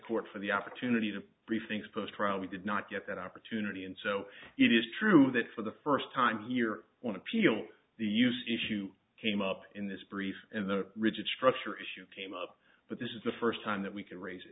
court for the opportunity to briefings post trial we did not get that opportunity and so it is true that for the first time here on appeal the used issue came up in this brief and the rigid structure issue came up but this is the first time that we can raise it